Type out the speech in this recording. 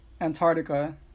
Antarctica